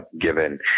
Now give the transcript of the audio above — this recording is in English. given